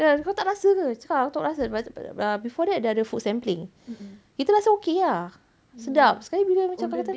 and then kau tak rasa ke cakap aku tak rasa pada pada before that dia ada food sampling kita rasa okay lah sedap sekali dia macam